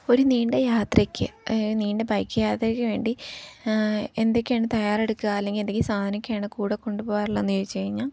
ഒരു നീണ്ട യാത്രയ്ക്ക് നീണ്ട ബൈക്ക് യാത്രയ്ക്ക് വേണ്ടി എന്തൊക്കെയാണ് തയ്യാറെടുക്കുക അല്ലെങ്കിൽ എന്തെങ്കിലും സാധനം ഒക്കെയാണ് കൂടെ കൊണ്ടുപോകാറുള്ളത് എന്ന് ചോദിച്ച് കഴിഞ്ഞാൽ